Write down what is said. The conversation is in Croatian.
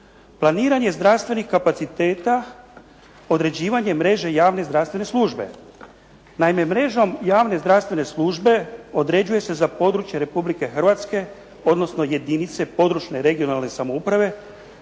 planiranje zdravstvenih kapaciteta, određivanje mreže javne zdravstvene službe. Naime mrežom javne zdravstvene službe određuje se za područje Republike Hrvatske, odnosno jedinice područne regionalne samouprave